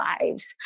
lives